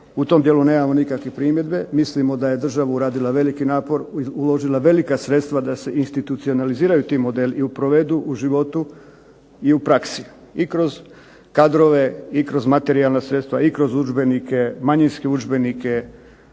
U tom dijelu nemamo nikakve primjedbe. Mislimo da je država uradila veliki napor, uložila velika sredstva da se institucionaliziraju ti modeli i provedu u životu i u praksi i kroz kadrove i kroz materijalna sredstva i kroz udžbenike,